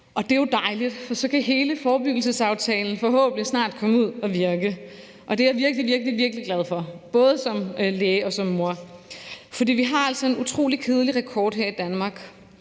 Det er jo dejligt, for så kan hele forebyggelsesaftalen forhåbentlig snart komme ud at virke, og det er jeg virkelig, virkelig glad for, både som læge og som mor, for vi har altså en utrolig kedelig rekord her i Danmark.